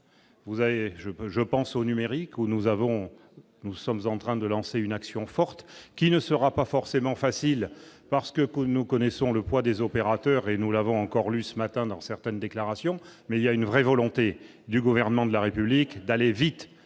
je pense au numérique au nous avons, nous sommes en train de lancer une action forte qui ne sera pas forcément facile parce que nous connaissons le poids des opérateurs et nous l'avons encore lui ce matin, dans certaines déclarations, mais il y a une vraie volonté du gouvernement de la République d'aller vite